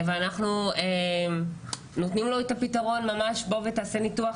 אנחנו נותנים לו את הפיתרון - בוא ותעשה ניתוח.